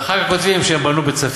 ואחר כך הם כותבים שהם בנו בית-ספר.